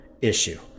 issue